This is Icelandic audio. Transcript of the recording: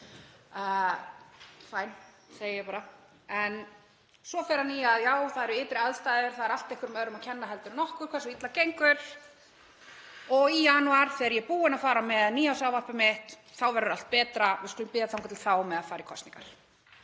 „fine“, segi ég bara. En svo fer hann í að já, það eru ytri aðstæður, það er allt einhverjum öðrum að kenna heldur en okkur hversu illa gengur og í janúar þegar ég er búinn að fara með nýársávarpið mitt þá verður allt betra. Við skulum bíða þangað til þá með að fara í kosningar.